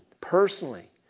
personally